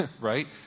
right